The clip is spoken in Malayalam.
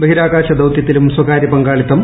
ബഹിരാകാശ ദൌത്യത്തിലും സ്ഥകാര്യ പങ്കാളിത്തം